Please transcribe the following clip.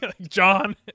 John